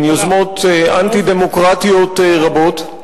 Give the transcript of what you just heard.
עם יוזמות אנטי-דמוקרטיות רבות.